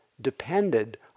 depended